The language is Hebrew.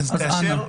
אז, אנא.